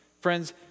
Friends